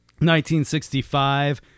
1965